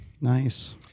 Nice